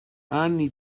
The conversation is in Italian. anni